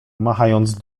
machając